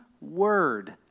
word